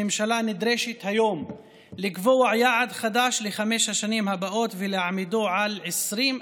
הממשלה נדרשת היום לקבוע יעד חדש לחמש השנים הבאות ולהעמידו על 20%,